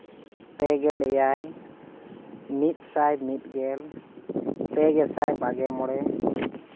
ᱯᱮ ᱜᱮᱞ ᱮᱭᱟᱭ ᱢᱤᱫ ᱥᱟᱭ ᱢᱤᱫ ᱜᱮᱞ ᱯᱮ ᱜᱮᱥᱟᱭ ᱵᱟᱜᱮ ᱢᱚᱬᱮ